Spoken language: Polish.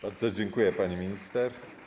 Bardzo dziękuję, pani minister.